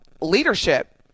leadership